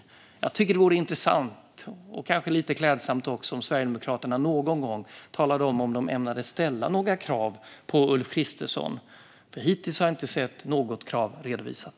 Jag tycker att det vore intressant och kanske också lite klädsamt om Sverigedemokraterna någon gång kunde berätta om de ämnar ställa några krav på Ulf Kristersson. Hittills har jag inte sett något krav redovisat.